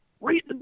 Read